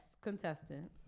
contestants